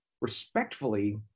respectfully